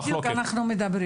בדיוק על זה אנחנו מדברים.